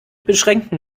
beschränkten